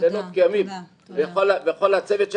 עובדת ימים, וכל הצוות שלה,